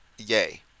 yay